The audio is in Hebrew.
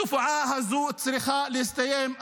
התופעה הזו צריכה להסתיים.